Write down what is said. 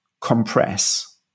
Compress